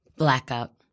Blackout